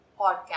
podcast